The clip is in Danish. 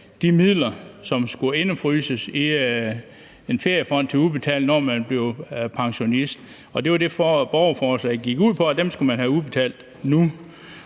de midler, som skal indefryses i en feriefond til udbetaling, når man bliver pensionist, og det, borgerforslaget går ud på, er, at dem skal man have udbetalt nu.